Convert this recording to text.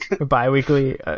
Bi-weekly